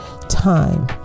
time